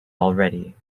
already